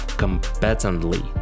Competently